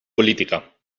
política